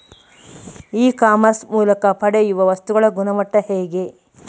E commerce ಮೂಲಕ ಪಡೆಯುವ ವಸ್ತುಗಳ ಗುಣಮಟ್ಟ ಹೇಗೆ?